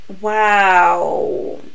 Wow